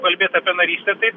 kalbėt apie narystę tai